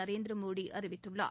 நரேந்திரமோடி அறிவித்துள்ளார்